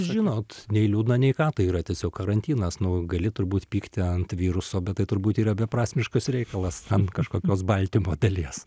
žinot nei liūdna nei ką tai yra tiesiog karantinas nu gali turbūt pykti ant viruso bet tai tai turbūt yra beprasmiškas reikalas ant kažkokios baltymo dalies